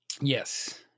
Yes